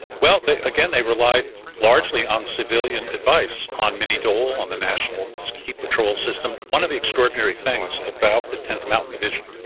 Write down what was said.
well, again, they relied largely on civilian advice, on minnie dole, on the national ski patrol system. one of the extraordinary things about the tenth mountain division,